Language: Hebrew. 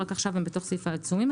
רק עכשיו הם בתוך סעיף העיצומים,